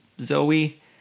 Zoe